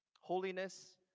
holiness